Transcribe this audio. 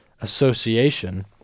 Association